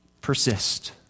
persist